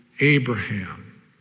Abraham